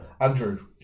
Andrew